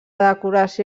decoració